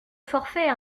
forfait